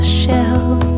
shelf